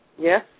Yes